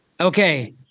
Okay